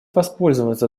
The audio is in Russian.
воспользоваться